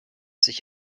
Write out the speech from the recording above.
sich